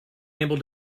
able